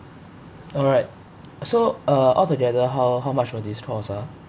alright so uh altogether how how much will this cost ah